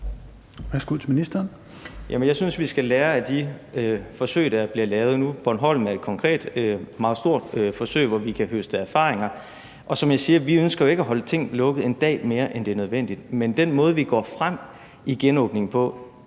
jeg synes, vi skal lære af de forsøg, der bliver lavet. Bornholm er et konkret meget stort forsøg, hvor vi kan høste erfaringer. Og som jeg siger, ønsker vi jo ikke at holde noget lukket én dag mere, end det er nødvendigt, men den måde, vi går frem i genåbningen på,